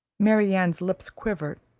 marianne's lips quivered,